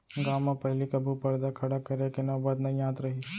गॉंव म पहिली कभू परदा खड़ा करे के नौबत नइ आत रहिस